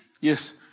Yes